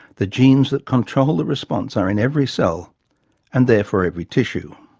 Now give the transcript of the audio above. the genes that control the response are in every cell and therefore every tissue.